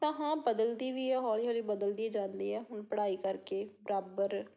ਤਾਂ ਹਾਂ ਬਦਲਦੀ ਵੀ ਹੈ ਹੌਲੀ ਹੌਲੀ ਬਦਲਦੀ ਜਾਂਦੀ ਆ ਹੁਣ ਪੜ੍ਹਾਈ ਕਰਕੇ ਬਰਾਬਰ